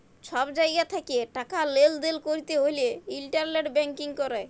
ছব জায়গা থ্যাকে টাকা লেলদেল ক্যরতে হ্যলে ইলটারলেট ব্যাংকিং ক্যরে